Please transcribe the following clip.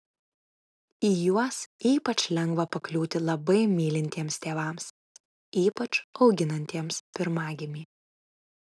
į juos ypač lengva pakliūti labai mylintiems tėvams ypač auginantiems pirmagimį